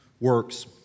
works